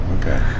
Okay